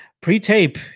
Pre-tape